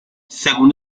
según